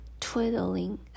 twiddling